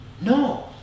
No